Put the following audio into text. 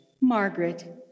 Margaret